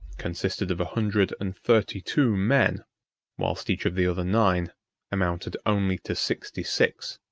consisted of a hundred and thirty-two men whilst each of the other nine amounted only to sixty-six.